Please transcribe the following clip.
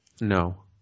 No